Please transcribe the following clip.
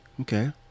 Okay